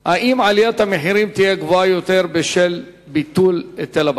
5. האם עליית המחירים תהיה גדולה יותר בשל ביטול ההיטל?